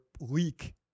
leak